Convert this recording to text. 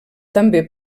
també